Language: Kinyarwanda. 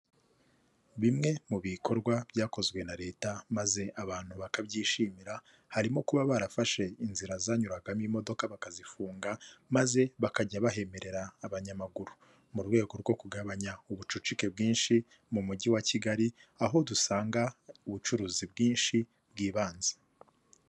Bimwe mu bikorwa byakozwe na Leta maze abantu bakabyishimira harimo kuba barafashe inzira zanyuragamo imodoka bakazifunga maze bakajya bahemerera abanyamaguru, mu rwego rwo kugabanya ubucucike bwinshi mu Mujyi wa Kigali aho dusanga ubucuruzi bwinshi bw'ibanze.